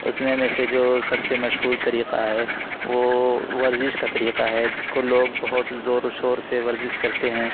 اُس میں میں سے جو سب سے مشہور طریقہ ہے وہ ورزش کا طریقہ ہے جس کو لوگ بہت زور و شور سے ورزش کرتے ہیں